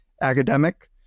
academic